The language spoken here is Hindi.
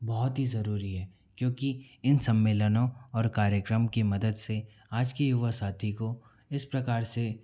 बहुत ही ज़रूरी है क्योंकि इन सम्मेलनों और कार्यक्रम की मदद से आज की युवा साथी को इस प्रकार से